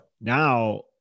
Now